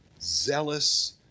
zealous